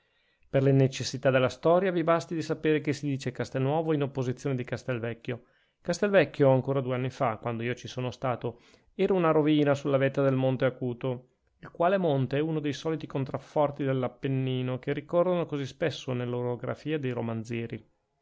per le necessità della storia vi basti di sapere che si dice castelnuovo in opposizione di castelvecchio castelvecchio ancora due anni fa quando io ci sono stato era una rovina sulla vetta del monte acuto il qual monte è uno dei soliti contrafforti dell'appennino che ricorrono così spesso nella orografia dei romanzieri